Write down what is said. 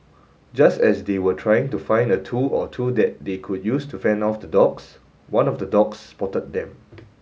just as they were trying to find a tool or two that they could use to fend off the dogs one of the dogs spotted them